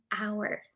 hours